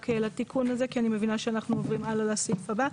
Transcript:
נוספת לתיקון הזה, לפני שנעבור לסעיף הבא: